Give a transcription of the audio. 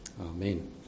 Amen